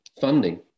funding